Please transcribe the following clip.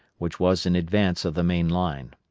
which was in advance of the main line.